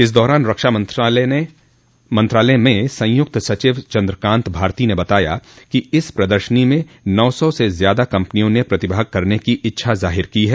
इस दौरान रक्षा मंत्रालय में संयुक्त सचिव चंद्र कांत भारती ने बताया कि इस प्रदर्शनी में नौ सौ से ज्यादा कम्पनियों ने प्रतिभाग करने की इच्छा जाहिर की है